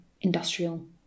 industrial